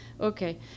Okay